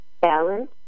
balance